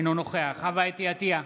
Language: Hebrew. אינו נוכח חוה אתי עטייה,